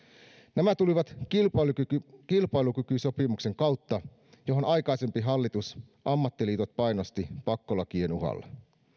nämä tulivat kilpailukykysopimuksen kautta johon aikaisempi hallitus painosti ammattiliitot pakkolakien uhalla